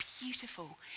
beautiful